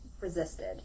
resisted